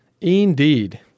Indeed